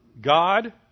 God